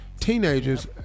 Teenagers